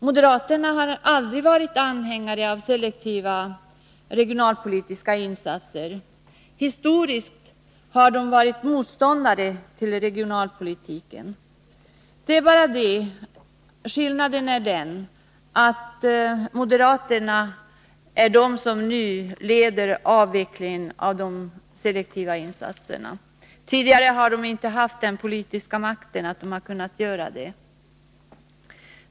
Moderaterna har aldrig varit anhängare av selektiva regionalpolitiska insatser. Historiskt har de varit motståndare till regionalpolitiken. Skillnaden jämfört med tidigare är den att moderaterna nu leder avvecklingen av de selektiva insatserna. Tidigare har de inte haft den politiska makt som behövs för att kunna göra detta.